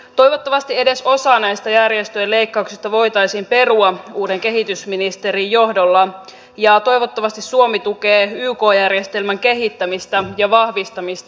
toivottavasti edes osa näistä järjestöjen leikkauksista voitaisiin perua uuden kehitysministerin johdolla ja toivottavasti suomi tukee yk järjestelmän kehittämistä ja vahvistamista